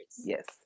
Yes